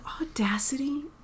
audacity